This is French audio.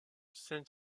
saint